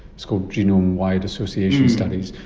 it's called genome wide association studies,